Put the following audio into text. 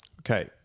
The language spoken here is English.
Okay